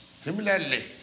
similarly